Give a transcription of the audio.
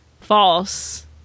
false